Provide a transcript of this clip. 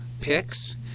picks –